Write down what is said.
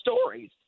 stories